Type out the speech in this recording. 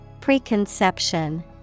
Preconception